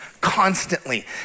constantly